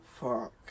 Fuck